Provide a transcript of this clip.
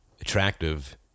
attractive